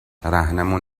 رهنمون